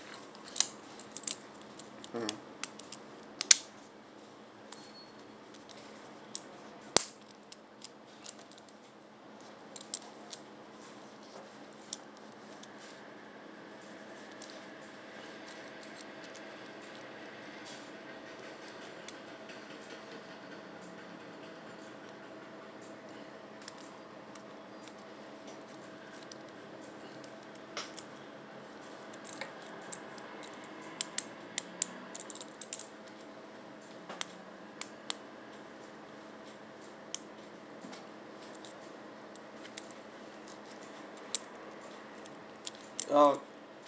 uh